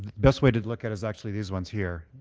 best way to look at it is actually these ones here.